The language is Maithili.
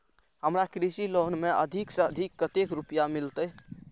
हमरा कृषि लोन में अधिक से अधिक कतेक रुपया मिलते?